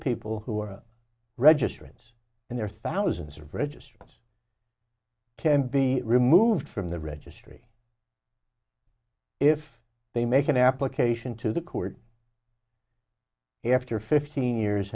people who are registrants and there are thousands of registrants can be removed from the registry if they make an application to the court after fifteen years